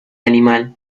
animal